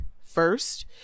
first